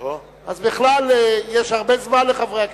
אז בכלל יש הרבה זמן לחברי הכנסת.